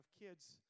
kids